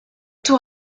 tour